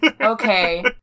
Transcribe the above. Okay